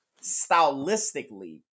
stylistically